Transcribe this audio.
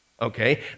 Okay